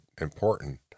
important